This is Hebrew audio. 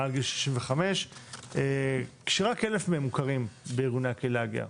מעל גיל 65 כשרק כ-1,000 מהם מוכרים בארגוני הקהילה הגאה.